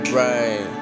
right